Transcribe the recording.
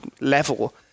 level